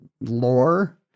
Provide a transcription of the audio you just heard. lore